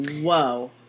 whoa